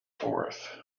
forth